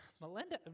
Melinda